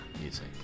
Music